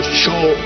show